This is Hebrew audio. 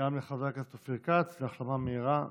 גם לחבר הכנסת אופיר כץ והחלמה מהירה ושלמה.